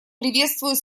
приветствует